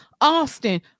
Austin